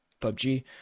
PUBG